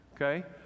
okay